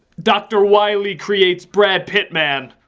doctor wiley creates brad pitt man.